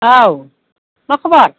औ मा खबर